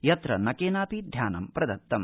यत्र न केनापि ध्यानं प्रदत्तम्